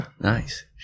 Nice